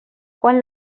quan